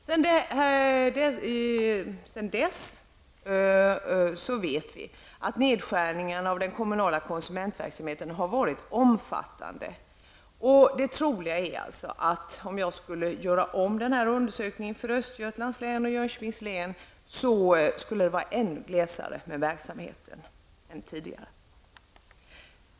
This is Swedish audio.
Sedan dess vet vi att neskärningarna av den kommunala konsumentverksamheten har varit omfattande. Det troliga är alltså att om jag skulle göra om den här undersökningen för Östergötlands och Jönköpings län skulle verksamheten vara ännu glesare.